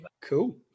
Cool